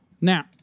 Now